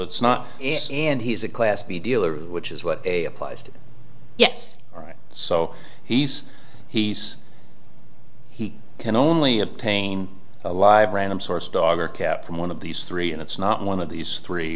it's not and he's a class b dealer which is what a applies to yes right so he's he's he can only a pain alive random source dog or cat from one of these three and it's not one of these three